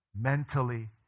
mentally